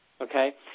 okay